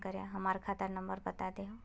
हमर खाता नंबर बता देहु?